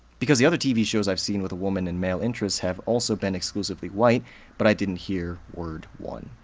because the other tv shows i've seen with a woman and male interests have also been exclusively white but i didn't hear word one.